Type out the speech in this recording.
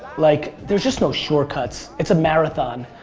like, there's just no shortcuts. it's a marathon.